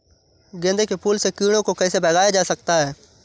गेंदे के फूल से कीड़ों को कैसे भगाया जा सकता है?